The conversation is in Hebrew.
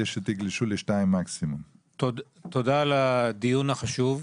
הדיון החשוב.